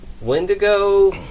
Wendigo